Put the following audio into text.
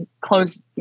close